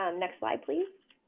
um next slide please.